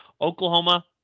Oklahoma